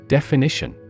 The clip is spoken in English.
Definition